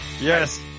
Yes